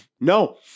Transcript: No